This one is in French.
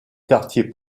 quartier